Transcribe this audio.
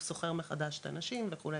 הוא שוכר מחדש את האנשים וכו',